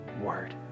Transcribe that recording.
word